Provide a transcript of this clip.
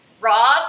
Rob